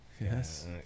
Yes